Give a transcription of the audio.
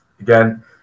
Again